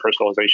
personalization